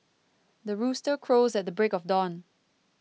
the rooster crows at the break of dawn